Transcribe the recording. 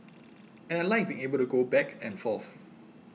and I like being able to go back and forth